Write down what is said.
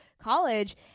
college